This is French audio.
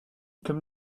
comme